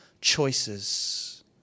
choices